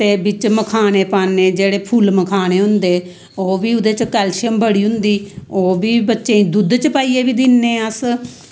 ते बिच्च मखाने पान्ने जेह्ड़े फुल्ल मखाने होंदे ओह्बी ओह्दे च कैलशियम बड़ी होंदी ओह्बी बच्चेंई दुध्द च पाइयै बी दिन्ने अस